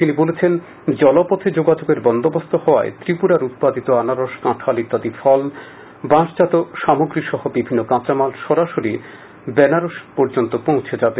তিনি বলেন জল পথে যোগাযোগের বন্দোবস্ত হওয়ায় ত্রিপুরা উৎপাদিত আনারস কাঁঠাল ইত্যাদি ফল বাঁশ জাত সামগ্রীসহ বিভিন্ন কাঁচামাল সরাসরি বানারসি পর্যন্ত পৌঁছানো যাবে